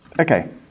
Okay